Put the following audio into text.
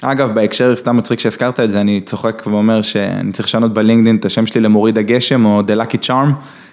אגב, בהקשר, סתם מצחיק שהזכרת את זה, אני צוחק ואומר שאני צריך לשנות בלינקדיאין את השם שלי ל"מוריד הגשם" או "דה לאקי צ'ארם".